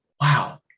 wow